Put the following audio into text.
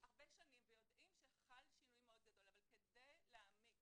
ויודעים שחל שינוי מאוד גדול, אבל כדי להעמיק